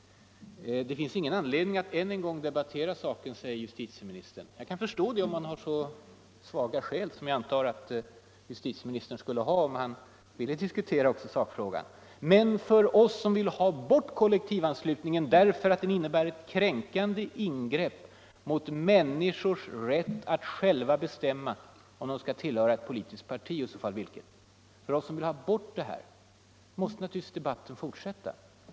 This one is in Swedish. Det finns ingen anledning att än en gång debattera saken, säger justitieministern. Ja, jag kan förstå det om man har så svaga skäl som jag antar att justitieministern skulle ha, ifall han ville diskutera sakfrågan. Men för oss som vill ha bort kollektivanslutningen, därför att den innebär ett kränkande ingrepp mot människors rätt att själva bestämma om de skall tillhöra ett politiskt parti och i så fall vilket, måste naturligtvis debatten fortsätta.